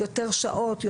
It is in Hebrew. יותר שעות,